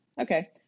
okay